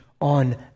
on